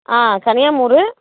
ஆ Kaniyamur